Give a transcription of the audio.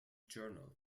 journal